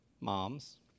moms